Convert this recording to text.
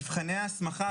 מבחני ההסמכה,